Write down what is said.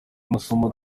masomo